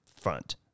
front